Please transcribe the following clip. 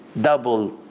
double